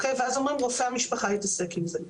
ואז אומרים: "רופא המשפחה יתעסק עם זה".